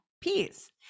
peas